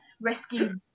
rescue